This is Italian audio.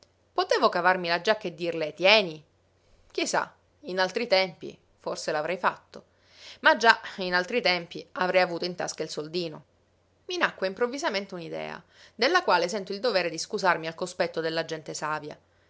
cavarmi la giacca e dirle tieni chi sa in altri tempi forse l'avrei fatto ma già in altri tempi avrei avuto in tasca il soldino i nacque improvvisamente un'idea della quale sento il dovere di scusarmi al cospetto della gente savia